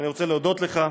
ואני רוצה להודות לך.